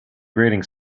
grating